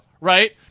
Right